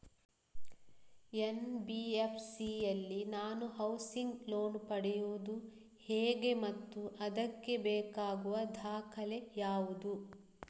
NBFC ಯಲ್ಲಿ ನಾನು housing loan ಪಡೆಯುದು ಹೇಗೆ ಮತ್ತು ಅದಕ್ಕೆ ಬೇಕಾಗುವ ದಾಖಲೆ ಯಾವುದು?